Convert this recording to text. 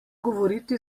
govoriti